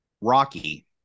Rocky